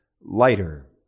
lighter